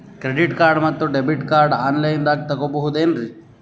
Credit card ಮತ್ತು debit card ಆನ್ ಲೈನಾಗ್ ತಗೋಬಹುದೇನ್ರಿ?